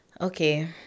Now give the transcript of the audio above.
Okay